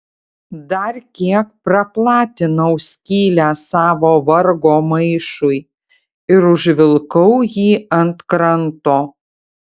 dar kiek praplatinau skylę savo vargo maišui ir užvilkau jį ant kranto